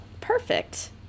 Perfect